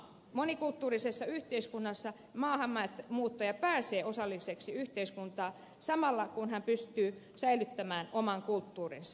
monikulttuurisessa yhteiskunnassa maahanmuuttaja pääsee osalliseksi yhteiskuntaa samalla kun hän pystyy säilyttämään oman kulttuurinsa